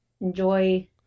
enjoy